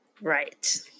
right